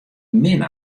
min